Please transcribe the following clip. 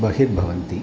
बहिर्भवन्ति